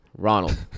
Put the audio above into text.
Ronald